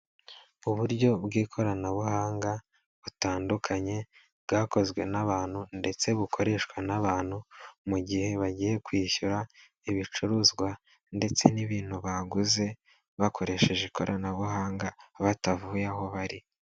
Uburyo bw'ikoranabuhanga butandukanye bwakozwe n'abantu ndetse bukoreshwa n'abantu mu gihe bagiye kwishyura ibicuruzwa ndetse n'ibintu baguze bakoresheje ikoranabuhanga batavuye aho bari.